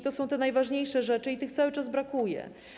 To są te najważniejsze rzeczy i ich cały czas brakuje.